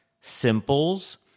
Simples